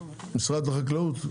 משרד החקלאות?